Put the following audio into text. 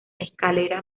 escaleras